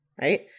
right